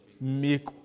Make